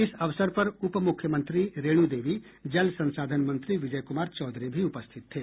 इस अवसर पर उप मुख्यमंत्री रेणु देवी जल संसाधन मंत्री विजय कुमार चौधरी भी उपस्थित थे